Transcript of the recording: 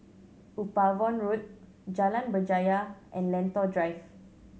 Upavon Road Jalan Berjaya and Lentor Drive